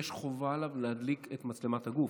חובה עליו להדליק את מצלמת הגוף.